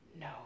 no